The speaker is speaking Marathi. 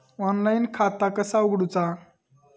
ऑनलाईन खाता कसा उगडूचा?